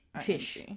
fish